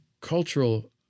cultural